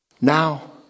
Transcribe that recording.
Now